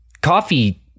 coffee